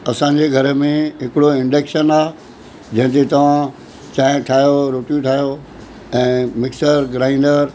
असांजे घर में हिकिड़ो इंडक्शन आहे जंहिं ते तव्हां चांहि ठाहियो रोटियूं ठाहियो ऐं मिक्सर ग्रांइडर